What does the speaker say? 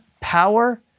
power